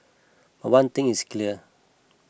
but one thing is clear